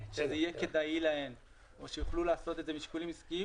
שזה יהיה כדאי להן או שהן יוכלו לעשות את זה משיקולים עסקיים,